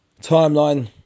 timeline